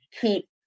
keep